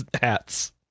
hats